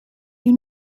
you